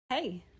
Hey